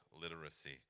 literacy